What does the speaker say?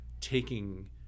taking